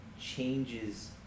changes